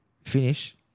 finish